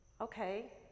Okay